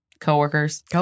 Co-workers